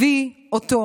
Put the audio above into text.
הביא אותו,